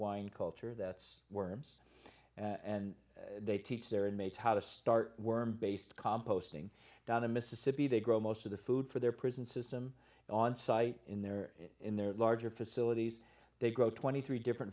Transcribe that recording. wine culture that's worms and they teach their inmates how to start worm based composting down the mississippi they grow most of the food for their prison system on site in their in their larger facilities they grow twenty three different